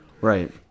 Right